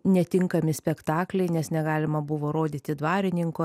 netinkami spektakliai nes negalima buvo rodyti dvarininko